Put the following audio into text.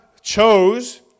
chose